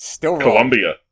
Columbia